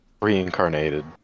Reincarnated